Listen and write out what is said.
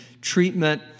treatment